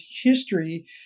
history